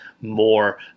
more